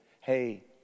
hey